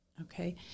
okay